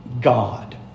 God